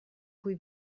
cui